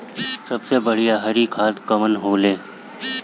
सबसे बढ़िया हरी खाद कवन होले?